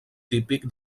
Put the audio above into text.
típic